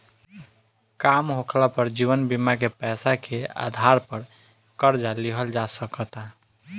काम होखाला पर जीवन बीमा के पैसा के आधार पर कर्जा लिहल जा सकता